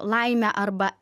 laimę arba